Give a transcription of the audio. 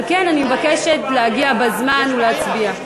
על כן אני מבקשת להגיע בזמן ולהצביע.